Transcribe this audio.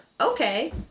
Okay